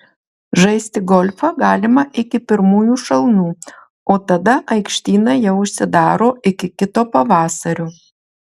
žaisti golfą galima iki pirmųjų šalnų o tada aikštynai jau užsidaro iki kito pavasario